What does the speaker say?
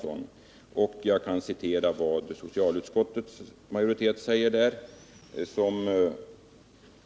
Låt mig citera vad socialutskottets majoritet säger på den punkten.